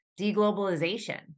deglobalization